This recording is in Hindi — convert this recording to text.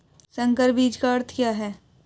संकर बीज का अर्थ क्या है?